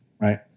right